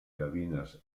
gavines